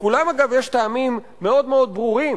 לכולם, אגב, יש טעמים מאוד ברורים.